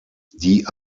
die